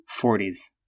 40s